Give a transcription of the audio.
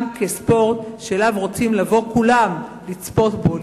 גם כספורט שאליו רוצים לבוא כולם לצפות בו,